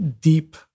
deep